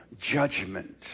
judgment